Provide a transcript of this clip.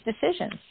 decisions